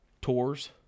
tours